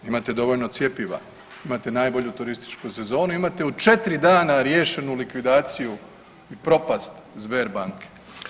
Imate dovoljno cjepiva, imate najbolju turističku sezonu, imate u četiri dana riješenu likvidaciju i propast Sberbanke.